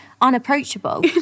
unapproachable